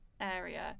area